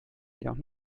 jedoch